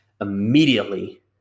Immediately